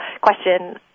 question